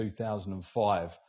2005